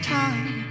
time